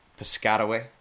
Piscataway